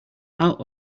out